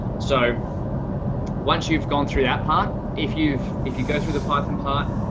so once you've gone through that part, if you've if you guys for the python part,